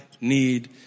need